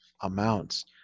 amounts